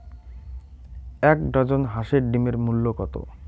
এক ডজন হাঁসের ডিমের মূল্য কত?